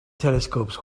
telescopes